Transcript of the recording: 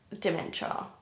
dementia